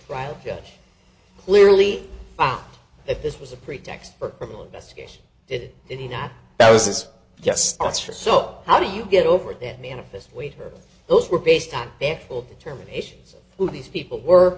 trial judge clearly if this was a pretext for the investigation did he not that was just answer so how do you get over that manifest weight or those were based on their will terminations who these people were